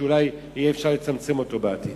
שאולי יהיה אפשר לצמצם אותו בעתיד.